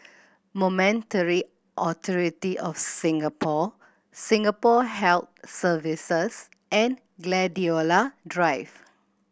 Monetary Authority Of Singapore Singapore Health Services and Gladiola Drive